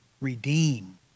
redeem